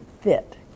fit